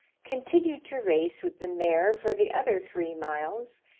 continued to race with the mare for the other three miles,